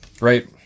Right